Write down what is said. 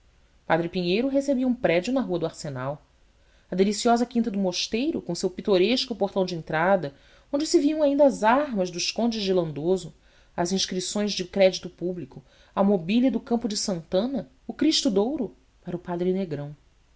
padre pinheiro recebia um prédio na rua do arsenal a deliciosa quinta do mosteiro com o seu pitoresco portão de entrada onde se viam ainda as armas dos condes de lindoso as inscrições de crédito público a mobília do campo de santana o cristo de ouro para o padre negrão